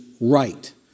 right